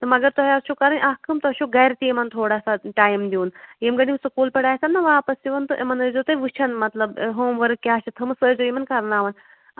تہٕ مَگر تۄہہِ حظ چھُو کَرٕنۍ اکھ کٲم تۄہہِ چھُو گرِ تہِ یِمن تھوڑا سا ٹایم دیُن ییٚمہِ گرِ یِم سکوٗلہٕ پیٚٹھٕ آسان نا واپس یِوان تہٕ یِمن ٲسۍزیٚو تُہۍ وُچھان مطلب ہوٗم ؤرٕک کیٛاہ چھِ تھٲومٕژ سۄ ٲسۍزیٚو یِمن کَرناوان